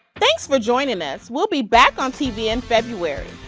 thanks for joining us we'll be back on tv in february.